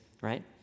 right